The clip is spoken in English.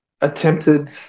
attempted